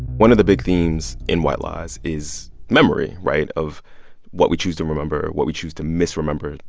one of the big themes in white lies is memory, right? of what we choose to remember, what we choose to misremember,